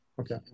Okay